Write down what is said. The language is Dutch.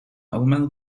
allemaal